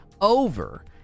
over